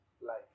life